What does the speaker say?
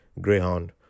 Greyhound